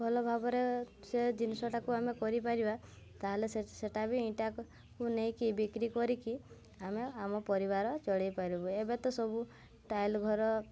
ଭଲ ଭାବରେ ସେ ଜିନିଷଟାକୁ ଆମେ କରିପାରିବା ତା'ହେଲେ ସେ ସେଇଟା ବି ଇଟାକୁ ନେଇକି ବିକ୍ରି କରିକି ଆମେ ଆମ ପରିବାର ଚଳାଇ ପାରିବୁ ଏବେ ତ ସବୁ ଟାଇଲ ଘର